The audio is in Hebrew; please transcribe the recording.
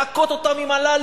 להכות אותם עם אלה,